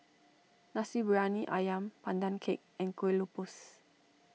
Nasi Briyani Ayam Pandan Cake and Kueh Lopes